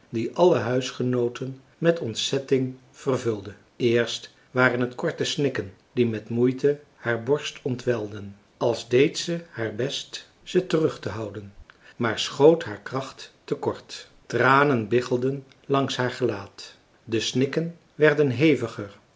die alle huisgenooten met ontzetting vervulde eerst waren het korte snikken die met moeite haar borst ontwelden als deed zij haar best ze terugtehouden maar schoot haar kracht te kort tranen biggelden langs haar gelaat de snikken werden heviger